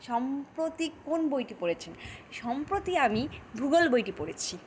সম্প্রতি কোন বইটি পড়েছেন সম্প্রতি আমি ভূগোল বইটি পড়েছি